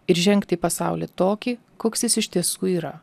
ir žengti į pasaulį tokį koks jis iš tiesų yra